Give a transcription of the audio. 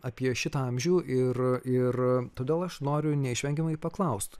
apie šitą amžių ir ir todėl aš noriu neišvengiamai paklaust